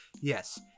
Yes